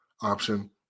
option